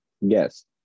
Yes